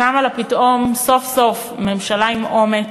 קמה לה פתאום, סוף-סוף, ממשלה עם אומץ,